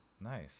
Nice